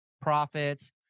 profits